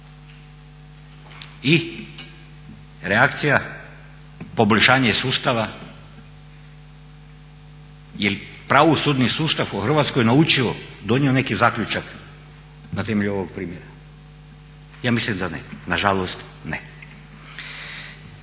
I reakcija? Poboljšanje sustava? Jer je pravosudni sustav u Hrvatskoj naučio, donio neki zaključak na temelju ovog primjera. Ja mislim da ne, nažalost ne.